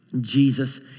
Jesus